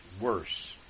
worse